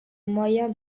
moyen